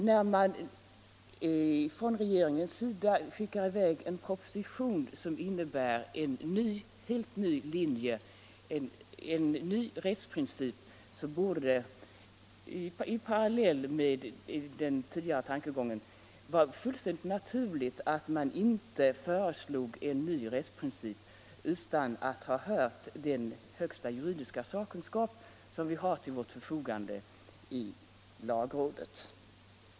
När regeringen lägger fram en proposition som innebär en helt ny rättsprincip, borde det i parallell med den tidigare tankegången vara fullständigt naturligt att inte göra detta utan att ha hört den högsta juridiska sakkunskapen, som vi har till vårt förfogande i lagrådet.